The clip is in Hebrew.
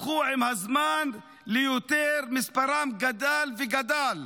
הפכו עם הזמן ליותר, מספרם גדל וגדל.